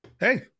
Hey